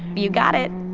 but you got it.